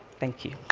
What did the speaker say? thank you.